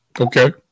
Okay